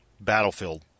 Battlefield